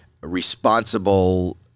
responsible